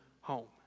home